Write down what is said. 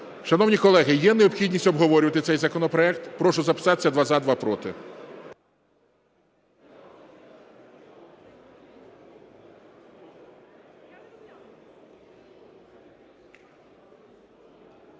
Шановні колеги, є необхідність обговорювати цей законопроект? Прошу записатися: два – за, два – проти.